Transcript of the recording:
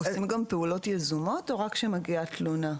עושים גם פעולות אכיפה יזומות או רק כשמגיעה תלונה?